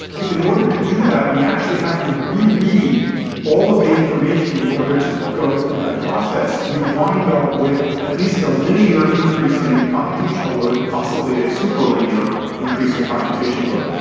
if in order to do that we actually have to reread all of the information in order to go through that process, you wind up with at least a linear increase in computational load and possibly a super linear increase in computational load.